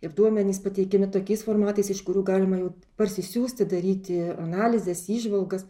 ir duomenys pateikiami tokiais formatais iš kurių galima jau parsisiųsti daryti analizes įžvalgas